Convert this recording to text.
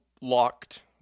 locked